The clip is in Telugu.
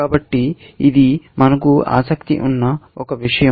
కాబట్టి ఇది మనకు ఆసక్తి ఉన్న ఒక విషయం